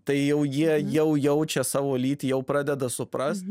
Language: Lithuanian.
tai jau jie jau jaučia savo lytį jau pradeda suprast